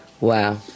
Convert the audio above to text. Wow